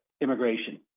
immigration